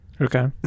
Okay